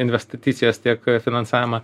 investicijas tiek finansavimą